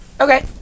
Okay